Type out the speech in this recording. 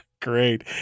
Great